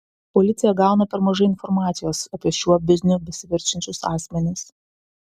policija gauna per mažai informacijos apie šiuo bizniu besiverčiančius asmenis